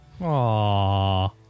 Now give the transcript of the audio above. Aww